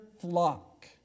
flock